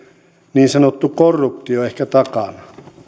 niin sanottu korruptio ehkä takana